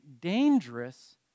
dangerous